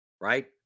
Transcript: right